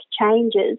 changes